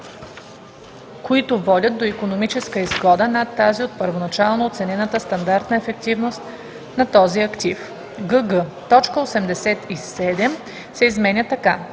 които водят до икономическа изгода над тази от първоначално оценената стандартна ефективност на този актив.“ гг) точка 87 се изменя така: